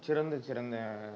சிறந்த சிறந்த